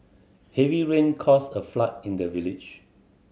heavy rain caused a flood in the village